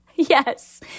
Yes